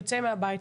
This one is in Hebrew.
יוצא מהבית,